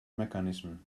mechanism